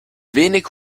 wenig